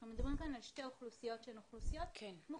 אנחנו מדברים כאן על שתי אוכלוסיות שהן אוכלוסיות מוחלשות,